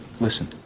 listen